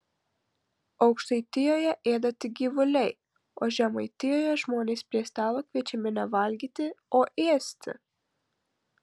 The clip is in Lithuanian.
aukštaitijoje ėda tik gyvuliai o žemaitijoje žmonės prie stalo kviečiami ne valgyti o ėsti